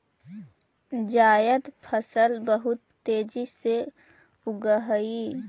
जायद फसल बहुत तेजी से उगअ हई